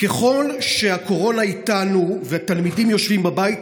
ככל שהקורונה איתנו והתלמידים יושבים בבית,